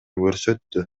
көрсөттү